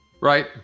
Right